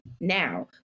now